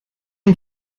und